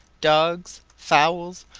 dogs, fowls,